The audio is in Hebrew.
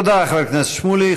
תודה, חבר הכנסת שמולי.